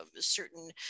certain